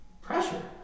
Pressure